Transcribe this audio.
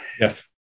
Yes